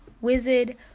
wizard